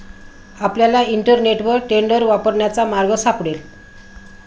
आपल्याला इंटरनेटवर टेंडर वापरण्याचा मार्ग सापडेल